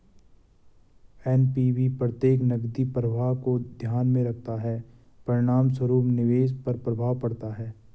NPV प्रत्येक नकदी प्रवाह को ध्यान में रखता है, परिणामस्वरूप निवेश पर प्रभाव पड़ता है